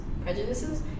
prejudices